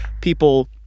people